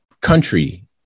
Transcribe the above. country